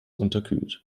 unterkühlt